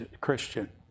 Christian